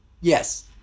Yes